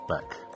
back